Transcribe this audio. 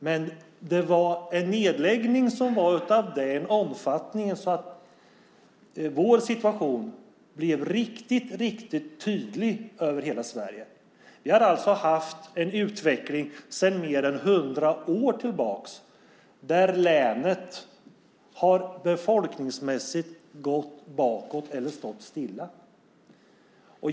Men det var nedläggningar som var av den omfattningen att vår situation blev riktigt tydlig över hela Sverige. Vi har alltså haft en utveckling sedan mer än hundra år tillbaka där länet befolkningsmässigt har gått bakåt eller stått stilla.